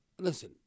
listen